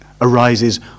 arises